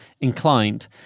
Inclined